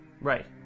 Right